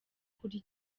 kuri